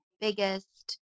biggest